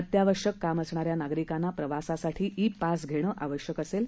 अत्यावश्यक काम असणाऱ्या नागरिकांना प्रवासासाठी ई पास घेणं आवश्यक असेल